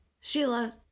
Sheila